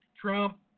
Trump